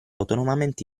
autonomamente